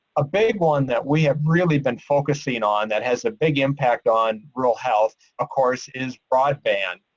a big one that we have really been focusing on that has a big impact on rural health of course is broadband.